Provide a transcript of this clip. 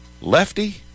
Lefty